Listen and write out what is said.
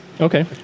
Okay